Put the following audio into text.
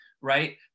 right